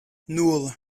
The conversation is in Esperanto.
nul